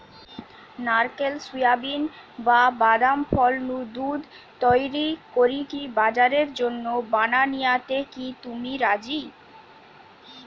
নারকেল, সুয়াবিন, বা বাদাম ফল নু দুধ তইরি করিকি বাজারের জন্য বানানিয়াতে কি তুমি রাজি?